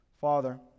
Father